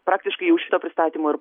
praktiškai jau šito pristatymo ir